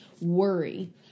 worry